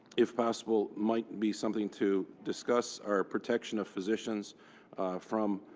if possible, might be something to discuss are protection of physicians from